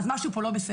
אז משהו פה לא בסדר.